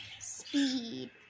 Speed